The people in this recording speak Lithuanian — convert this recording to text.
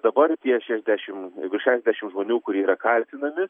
dabar tie šešiasdešim virš šešiasdešim žmonių kurie yra kaltinami